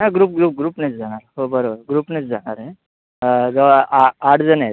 हां group group ग्रुपनेच जाणार हो बरोबर ग्रुपनेच जाणार आहे ज् आ आ आठजण आहेत